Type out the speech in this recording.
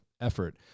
effort